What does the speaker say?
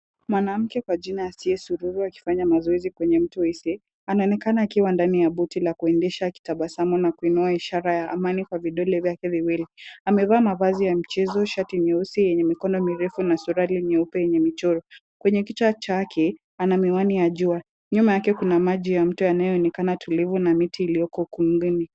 Mwanamke kwa jina Asiya Sururu akifanya mazoezi kwenye mto Oise anaonekana akiwa ndani ya boti la kuendesha akitabasamu na kuinua ishara ya amani kwa vidole vyake viwili. Amevaa mavazi ya mchezo, shati nyeusi yenye mikono mirefu na suruali nyeupe yenye michoro. Kwenye kichwa chake ana miwani ya jua. Nyuma yake kuna maji ya mto yanayoonekana tulivu na miti iliyoko ukumbini.